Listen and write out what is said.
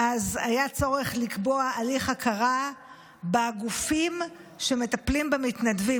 היה צורך לקבוע הליך הכרה בגופים שמטפלים במתנדבים.